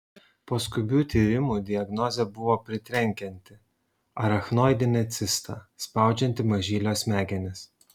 po skubių tyrimų diagnozė buvo pritrenkianti arachnoidinė cista spaudžianti mažylio smegenis